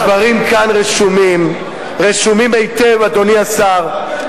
הדברים כאן רשומים, רשומים היטב, אדוני השר.